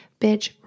bitch